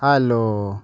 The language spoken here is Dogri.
हैलो